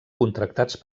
contractats